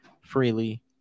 freely